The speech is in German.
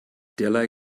derlei